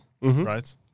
Right